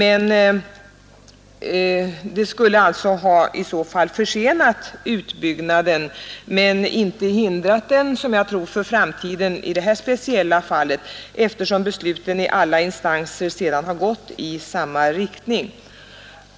Ett sådant ingripande skulle ha försenat utbyggnaden men inte hindrat den för framtiden, eftersom besluten i alla instanser sedan har gått i samma riktning.